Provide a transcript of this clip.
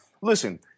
listen